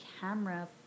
camera